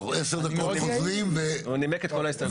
הוא נימק את כל ההסתייגויות.